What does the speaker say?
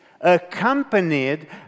accompanied